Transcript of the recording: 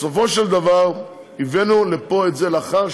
בסופו של דבר הבאנו את זה לפה לאחר